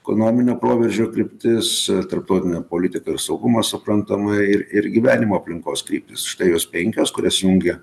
ekonominio proveržio kryptis tarptautinė politika ir saugumas suprantama ir ir gyvenimo aplinkos kryptys štai jos penkios kurias jungia